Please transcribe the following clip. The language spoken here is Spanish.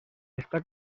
está